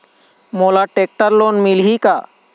मोला tractor loan मिलही का?